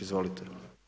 Izvolite.